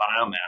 biomass